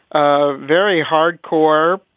ah very hard core,